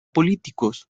políticos